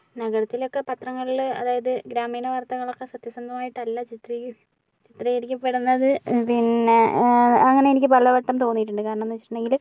നഗരത്തിലൊക്കെ പത്രങ്ങളില് അതായത് ഗ്രാമീണ വാർത്തകളൊക്കെ സത്യസന്ധമായിട്ടല്ല ചിത്രീ ചിത്രീകരിക്കപ്പെടുന്നത് പിന്നെ അങ്ങനെയെനിക്ക് പലവട്ടം തോന്നിട്ടുണ്ട് കാരണന്നു വെച്ചിട്ടുണ്ടെങ്കില്